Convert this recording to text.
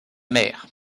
mère